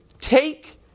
take